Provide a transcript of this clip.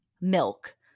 milk